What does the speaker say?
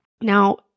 Now